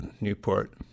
Newport